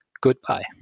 goodbye